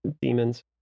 demons